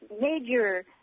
major